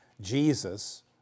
Jesus